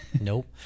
Nope